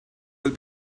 will